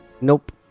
nope